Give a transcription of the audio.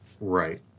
right